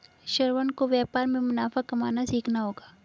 श्रवण को व्यापार में मुनाफा कमाना सीखना होगा